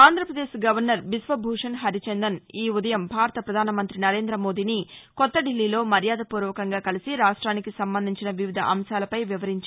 Andhra Pradesh governor Biswabhusan Harichandan ఈ ఉదయం భారత ప్రధాన మంతి నరేంద్ర మోదీని కొత్త దిల్లీలో మర్యాద పూర్వకంగా కలిసి రాష్ట్రానికి సంబంధించిన వివిధ అంశాలపై వివరించారు